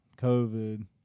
COVID